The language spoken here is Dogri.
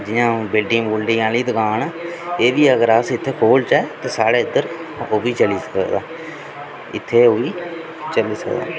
जि'यां हून बिल्डिंग बुल्डिंग दी दकान एह् बी अगर अस इत्थै खोह्लचै ते साढ़ै इद्धर ओह् बी चली सकदा इत्थै ओह् बी चली सकदा